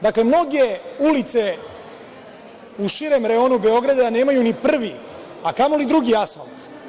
Dakle, mnoge ulice u širem reonu Beograda nemaju ni prvi, a kamoli drugi asfalt.